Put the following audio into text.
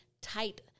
tight